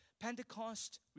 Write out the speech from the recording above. Pentecost